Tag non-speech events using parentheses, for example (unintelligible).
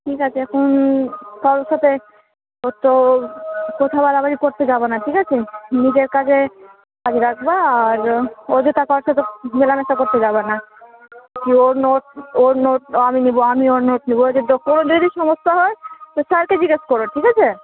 ঠিক আছে এখন কারোর সাথে অত কথা বাড়াবাড়ি করতে যাবে না ঠিক আছে নিজের কাজে কাজ রাখবে আর অযথা কারোর সাথে মেলামেশা করতে যাবে না কী ওর নোট ওর নোট আমি নেব আমি ওর নোট নেব (unintelligible) কোনো যদি সমস্যা হয় তো স্যারকে জিজ্ঞাসা করো ঠিক আছে